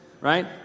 right